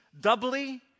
doubly